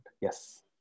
yes